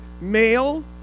male